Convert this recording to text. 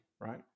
right